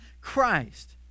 Christ